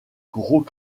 gros